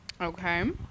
Okay